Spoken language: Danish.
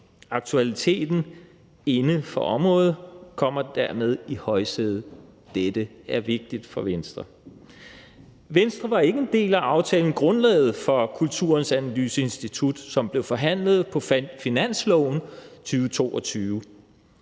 Aktualiteten inden for området kommer dermed i højsædet. Dette er vigtigt for Venstre. Venstre var ikke en del af aftalen »Grundlag for Kulturens Analyseinstitut«, som blev forhandlet på finansloven 2022.